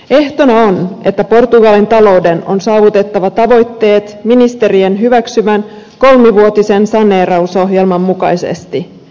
ehtona on että portugalin talouden on saavutettava tavoitteet ministerien hyväksymän kolmivuotisen saneerausohjelman mukaisesti